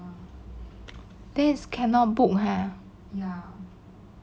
then is cannot book ha